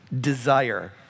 desire